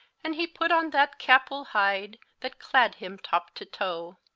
and hee put on that capull hyde, that cladd him topp to toe.